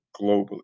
globally